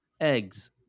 eggs